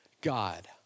God